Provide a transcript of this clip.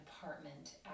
apartment